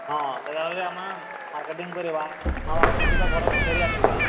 ହଁ ସେଠାରେ ଆମେ ମାର୍କେଟିଙ୍ଗ କରିବା ମା' ବାପାଙ୍କ ସାଙ୍ଗରେ ଘରକୁ ଫେରି ଆସିବା